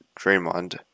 Draymond